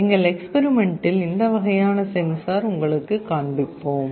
எங்கள் எக்ஸ்பெரிமெண்ட்டில் இந்த வகையான சென்சார் உங்களுக்கு காண்பிப்போம்